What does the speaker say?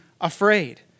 afraid